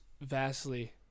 vastly